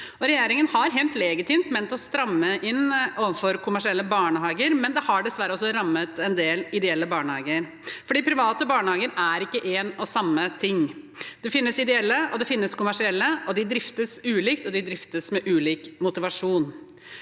Regjeringen har helt legitimt ment å stramme inn overfor kommersielle barnehager, men det har dessverre også rammet en del ideelle barnehager, for private barnehager er ikke én og samme ting. Det finnes ideelle, og det finnes kommersielle, og de driftes ulikt og med ulik motivasjon.